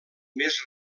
més